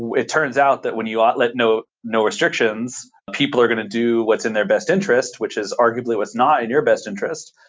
it turns out that when you let no no restrictions, people are going to do what's in their best interest, which is arguably was not in your best interest.